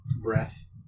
breath